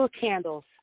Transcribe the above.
candles